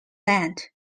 land